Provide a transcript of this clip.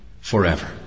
forever